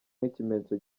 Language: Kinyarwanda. nk’ikimenyetso